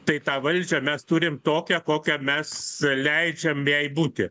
tai tą valdžią mes turim tokią kokią mes leidžiam jai būti